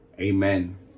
amen